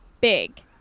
Big